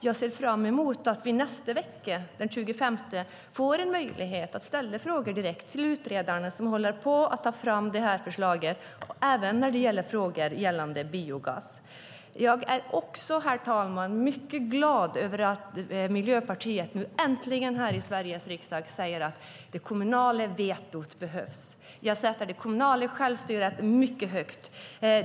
Jag ser fram emot att vi nästa vecka, den 25, får möjlighet att ställa frågor direkt till utredarna som håller på att ta fram förslag, även frågor gällande biogas. Jag är, herr talman, mycket glad över att Miljöpartiet nu äntligen här i Sveriges riksdag säger att det kommunala vetot behövs. Jag sätter det kommunala självstyret mycket högt.